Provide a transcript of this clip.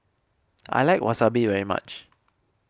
I like Wasabi very much